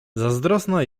zazdrosna